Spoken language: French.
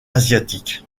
asiatiques